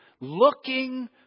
Looking